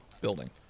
building